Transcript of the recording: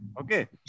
Okay